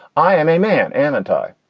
i am a man, amitai.